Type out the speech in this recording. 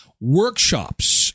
workshops